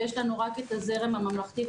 ויש לנו רק את הזרם הממלכתי,